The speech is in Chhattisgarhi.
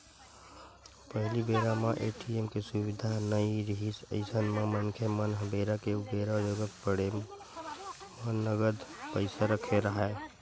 पहिली बेरा म ए.टी.एम के सुबिधा नइ रिहिस अइसन म मनखे मन ह बेरा के उबेरा जरुरत पड़े म नगद पइसा रखे राहय